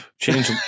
change